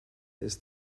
ist